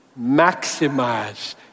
maximize